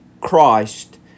Christ